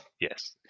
Yes